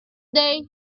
first